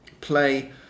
play